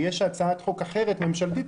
יש הצעת חוק אחרת ממשלתית,